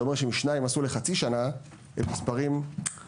זה אומר שאם שניים עשו לחצי שנה, הם נספרים כאחד.